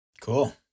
Cool